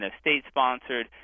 state-sponsored